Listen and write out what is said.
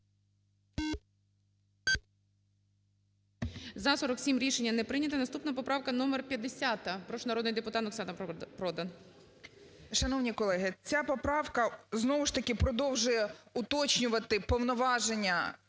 За-47 Рішення не прийнято. Наступна поправка номер 50. Прошу, народний депутат Оксана Продан. 13:35:39 ПРОДАН О.П. Шановні колеги, ця поправка, знову ж таки, продовжує уточнювати повноваження